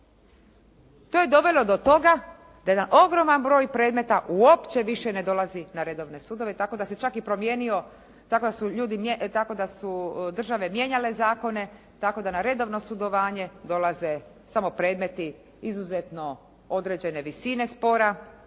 to je dovelo do toga da jedan ogroman predmeta uopće više ne dolazi na redovne sudove tako da se čak i promijenio, tako da su države mijenjale zakone, tako da na redovno sudovanje dolaze samo predmeti izuzetno određene visine spora